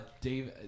Dave